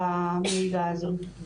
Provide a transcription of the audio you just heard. בבקשה, נעם.